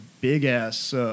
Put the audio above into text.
big-ass